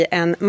en